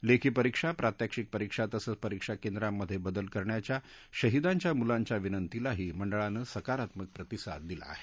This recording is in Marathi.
लेखी परीक्षा प्रात्यक्षिक परीक्षा तसंच परीक्षा केंद्रांमधे बदल करण्याच्या शहीदांच्या मुलांच्या विनंतीलाही मंडळानं सकारात्मक प्रतिसाद दिला आहे